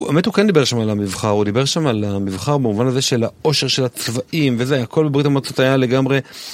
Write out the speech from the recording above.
האמת הוא כן דיבר שם על המבחר, הוא דיבר שם על המבחר במובן הזה של העושר של הצבעים וזה, הכל בברית המועצות היה לגמרי